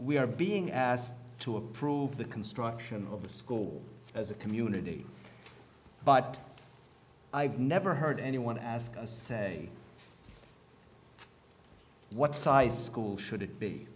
we are being asked to approve the construction of the school as a community but i've never heard anyone ask say what size school should it be